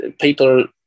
People